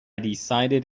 decided